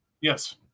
Yes